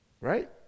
right